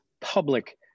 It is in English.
public